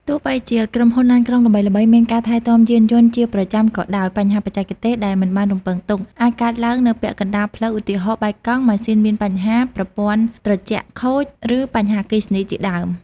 ទោះបីជាក្រុមហ៊ុនឡានក្រុងល្បីៗមានការថែទាំយានយន្តជាប្រចាំក៏ដោយ បញ្ហាបច្ចេកទេសដែលមិនបានរំពឹងទុក អាចកើតឡើងនៅពាក់កណ្តាលផ្លូវឧទាហរណ៍ បែកកង់ ម៉ាស៊ីនមានបញ្ហា ប្រព័ន្ធត្រជាក់ខូច ឬបញ្ហាអគ្គិសនីជាដើម។